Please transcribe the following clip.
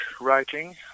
writing